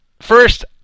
First